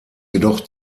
jedoch